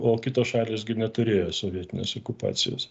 o kitos šalys gi neturėjo sovietinės okupacijos